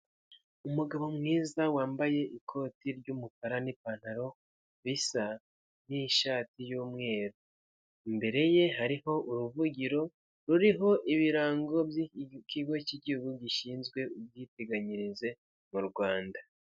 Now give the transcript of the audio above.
Umugabo mwiza wambaye ikoti ry'umukara n'ipantaro bisa n'ishati y'umweru, imbere ye hariho uruvugiro ruriho ibirango by'ikigo cy'igihugu gishinzwe ubwiteganyirize mu Rwanda.